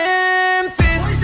Memphis